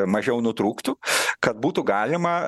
mažiau nutrūktų kad būtų galima